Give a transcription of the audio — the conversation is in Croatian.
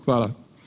Hvala.